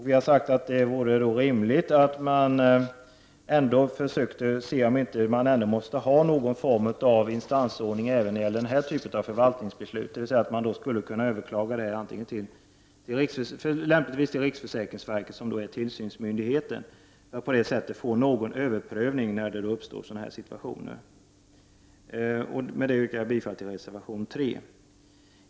Vi har sagt att det vore rimligt att man ändå försökte se om vi inte skall ha någon form av instansordning även när det gäller den här typen av förvaltningsbeslut, dvs. att man skulle kunna överklaga beslutet lämpligtvis till riksförsäkringsverket, som är tillsynsmyndigheten, och på det viset få någon överprövning när det uppstår sådana här situationer. Med detta yrkar jag bifall till reservation 3.